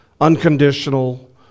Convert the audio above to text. unconditional